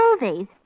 Movies